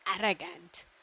arrogant